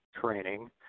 training